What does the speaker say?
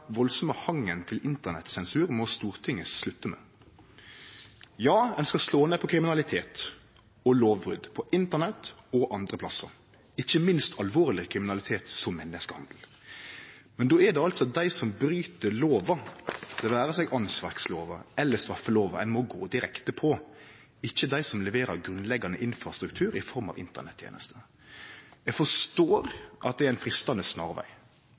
hangen til Internett-sensur må Stortinget slutte med. Ja, ein skal slå ned på kriminalitet og lovbrot på Internett og andre plassar, ikkje minst alvorleg kriminalitet som menneskehandel. Men då er det altså dei som bryt lova, det vere seg åndsverklova eller straffelova, ein må gå direkte på, ikkje dei som leverer grunnleggjande infrastruktur i form av Internett-tenester. Eg forstår at det er ein freistande snarveg,